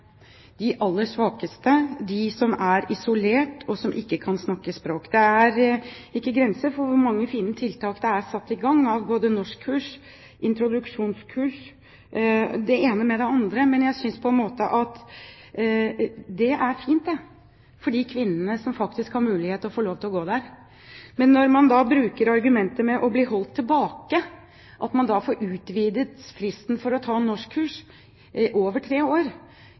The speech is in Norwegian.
de aller svakeste, de som er isolert, og som ikke kan snakke språket. Det er ikke grenser for hvor mange fine tiltak det er satt i gang – både norskkurs og introduksjonskurs, det ene med det andre. Jeg synes det er fint for de kvinnene som har mulighet til å gå der. Men når man bruker argumentet å bli «holdt tilbake» for å få utvidet fristen for å ta norskkurs over tre år,